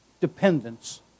dependence